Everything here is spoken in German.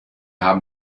haben